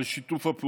על שיתוף הפעולה.